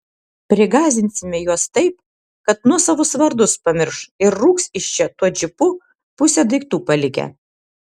prigąsdinsime juos taip kad nuosavus vardus pamirš ir rūks iš čia tuo džipu pusę daiktų palikę